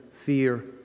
fear